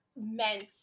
meant